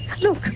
Look